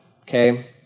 Okay